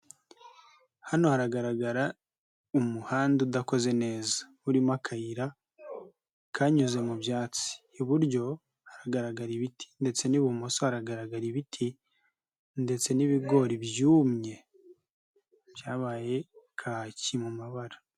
Hano haragaragara umuhanda udakoze neza. Urimo akayira kanyuze mu byatsi, iburyo haragaragara ibiti ndetse n'ibumoso haragaragara ibiti ndetse n'ibigori byumye byabaye kaki mu mabara.